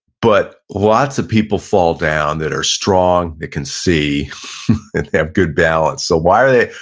but lots of people fall down that are strong, that can see. they have good balance. so, why are they,